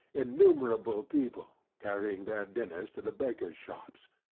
innumerable people, carrying their dinners to the bakers' shops.